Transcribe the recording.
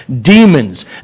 demons